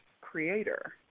creator